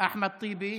אחמד טיבי,